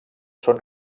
són